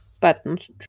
Buttons